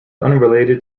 unrelated